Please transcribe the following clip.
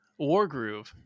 Wargroove